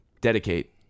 Dedicate